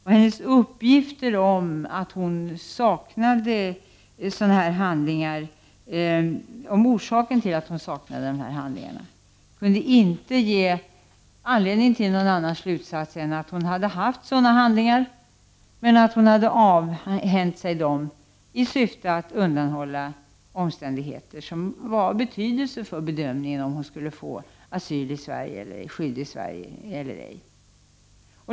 Kvinnans uppgifter om orsaken till att hon saknade dessa handlingar kunde inte ge anledning till någon annan slutsats än den att hon hade haft sådana handlingar men att hon hade avhänt sig dessa i syfte att undanhålla information om omständigheter som var av betydelse för bedömningen av om hon skulle få skydd i Sverige eller ej.